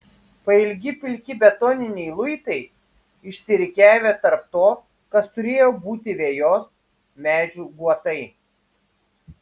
pailgi pilki betoniniai luitai išsirikiavę tarp to kas turėjo būti vejos medžių guotai